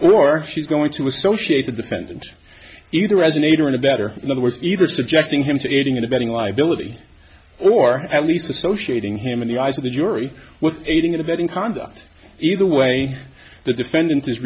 in or she's going to associate the defendant either as an aider and abettor in other words either subjecting him to aiding and abetting live military or at least associated him in the eyes of the jury with aiding and abetting conduct either way the defendant is